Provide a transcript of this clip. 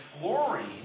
fluorine